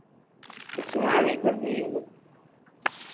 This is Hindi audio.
सुनाई नहीं पर रही कुछ